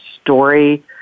story